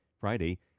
Friday